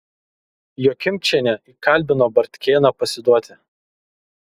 jokimčienė įkalbino bartkėną pasiduoti